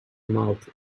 mouth